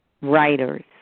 writers